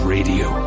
Radio